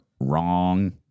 wrong